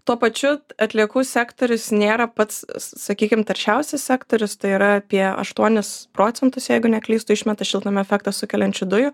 tuo pačiu atliekų sektorius nėra pats sakykim taršiausias sektorius tai yra apie aštuonis procentus jeigu neklystu išmeta šiltnamio efektą sukeliančių dujų